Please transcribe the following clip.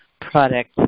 product